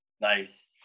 Nice